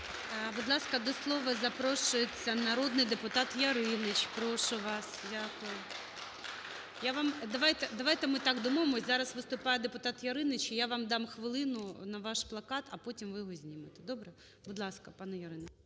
Будь ласка, до слова запрошується народний депутат Яриніч, прошу вас. Дякую. Я вам... Давайте ми так домовимося, зараз виступає депутат Яриніч, і я вам дам хвилину на ваш плакат, а потім ви його знімете. Добре? Будь ласка, пан Яриніч.